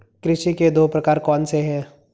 कृषि के दो प्रकार कौन से हैं?